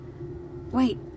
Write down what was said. Wait